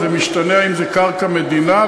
וזה משתנה אם זה קרקע מדינה,